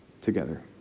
together